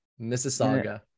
Mississauga